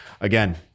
again